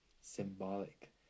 symbolic